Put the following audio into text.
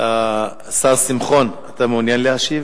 השר שמחון, אתה מעוניין להשיב?